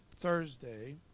Thursday